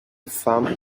fam